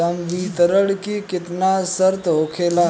संवितरण के केतना शर्त होखेला?